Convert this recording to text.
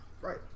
right